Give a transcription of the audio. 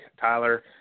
Tyler